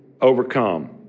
overcome